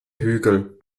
hügel